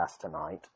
tonight